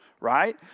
right